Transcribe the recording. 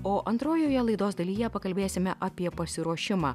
o antrojoje laidos dalyje pakalbėsime apie pasiruošimą